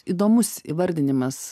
įdomus įvardinimas